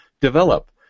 develop